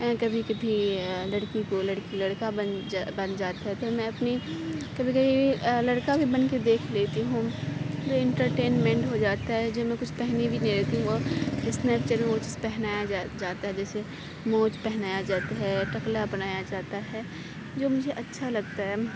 کبھی کبھی لڑکی کو لڑکا بن جا بن جاتا تھا میں اپنی کبھی کبھی لڑکا بھی بن کے دیکھ لیتی ہوں انٹرٹینمنٹ ہو جاتا ہے جب میں کچھ پہنی ہوئی نہیں رہتی وہ اسنیپ چیٹ میں وہ چیز پہنایا جاتا ہے جیسے مونچھ پہنایا جا جاتا ہے ٹکلا بنایا جاتا ہے جو مجھے اچھا لگتا ہے